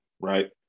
right